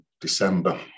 December